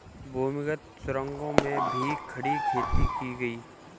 भूमिगत सुरंगों में भी खड़ी खेती की गई